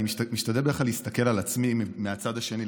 אני משתדל בדרך כלל להסתכל על עצמי מהצד השני,